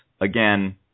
Again